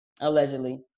allegedly